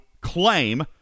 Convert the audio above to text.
claim